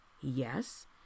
Yes